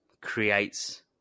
creates